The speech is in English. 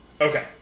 Okay